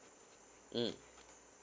mm